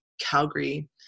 Calgary